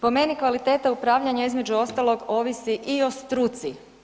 Po meni kvaliteta upravljanja između ostalog ovisi i o struci.